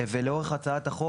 ולאורך הצעת החוק,